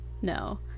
No